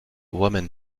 woman